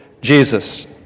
Jesus